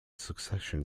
succession